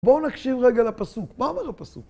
בואו נקשיב רגע לפסוק. מה אומר הפסוק?